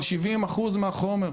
על 70% מהחומר.